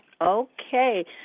Okay